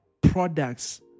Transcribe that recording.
products